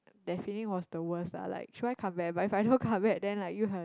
that feeling was the worst la like should I come back but if I don't come back then like you